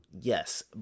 Yes